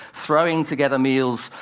throwing together meals,